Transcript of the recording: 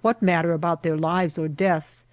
what matter about their lives or deaths